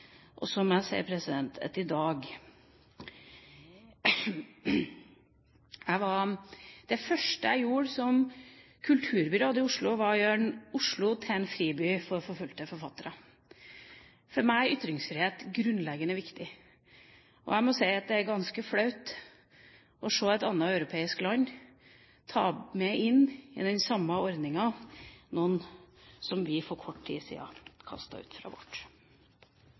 Og så må jeg si: Det første jeg gjorde som kulturbyråd i Oslo, var å gjøre Oslo til en friby for forfulgte forfattere. For meg er ytringsfrihet grunnleggende viktig. Det er ganske flaut å se et annet europeisk land ta med inn i den samme ordningen en som vi for kort siden kastet ut fra vårt.